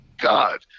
God